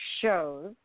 shows